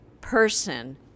person